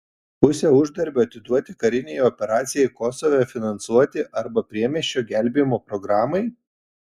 pusę uždarbio atiduoti karinei operacijai kosove finansuoti arba priemiesčių gelbėjimo programai